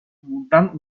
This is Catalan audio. muntant